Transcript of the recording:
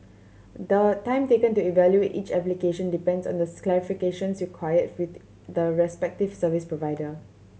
the time taken to evaluate each application depends on the clarifications required with the respective service provider